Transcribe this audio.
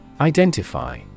Identify